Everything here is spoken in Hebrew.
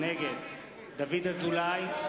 נגד דוד אזולאי,